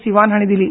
सिवान हाणी दिली